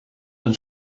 een